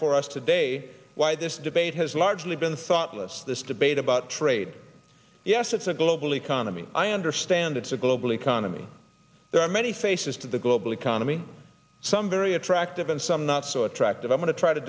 for us today why this debate has largely been thoughtless this debate about trade yes it's a global economy i understand it's a global economy there are many faces to the global to me some very attractive and some not so attractive i'm going to try to